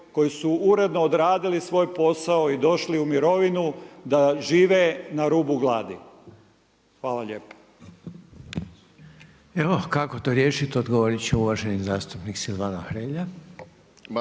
koji su uredno odradili svoj posao i došli u mirovinu da žive na rubu gladi. Hvala lijepa. **Reiner, Željko (HDZ)** Evo kako to riješiti odgovorit će uvaženi zastupnik Silvano Hrelja.